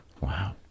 Wow